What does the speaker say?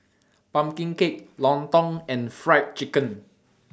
Pumpkin Cake Lontong and Fried Chicken